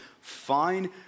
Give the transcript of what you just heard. fine